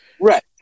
Right